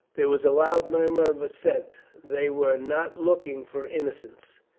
there was a loud murmur of assent. they were not looking for innocence.